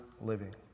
living